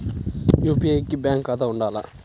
UPI కి bank ఖాతా ఉండాల?